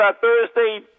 Thursday